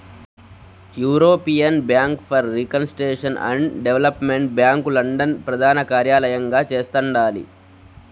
European bank for reconstruction and development bank London ప్రదానకార్యలయంగా చేస్తండాలి